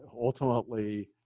ultimately